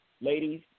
Ladies